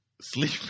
Sleep